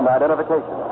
identification